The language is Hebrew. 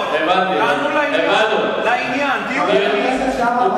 לעניין, תהיו ענייניים.